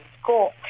school